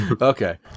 Okay